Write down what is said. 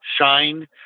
shine